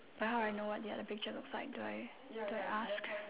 then how I know what the other picture looks like do I do I ask